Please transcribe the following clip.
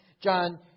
John